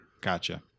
Gotcha